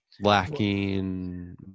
lacking